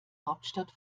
hauptstadt